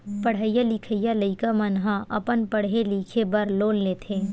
पड़हइया लिखइया लइका मन ह अपन पड़हे लिखे बर लोन लेथे